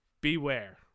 Beware